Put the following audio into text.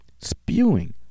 spewing